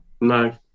No